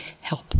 help